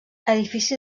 edifici